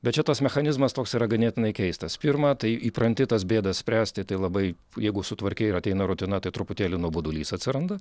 bet čia tas mechanizmas toks yra ganėtinai keistas pirma tai įpranti tas bėdas spręsti tai labai jeigu sutvarkei ir ateina rutina tai truputėlį nuobodulys atsiranda